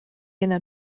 yna